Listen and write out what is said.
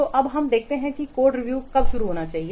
तो अब हमें देखते हैं कि कोड रिव्यू कब शुरू होना चाहिए